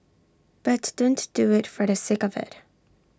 but don't do IT for the sake of IT